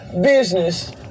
business